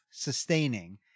sustaining